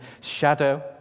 shadow